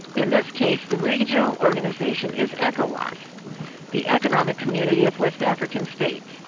in this case the regional organisation is ecowas, the economic community of west african states,